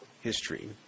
History